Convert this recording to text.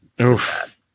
Oof